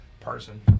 person